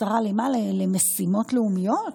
השרה למה, למשימות לאומיות?